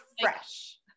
fresh